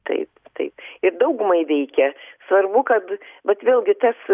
taip taip ir daugumai veikia svarbu kad bet vėlgi tas